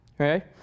Okay